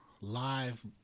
live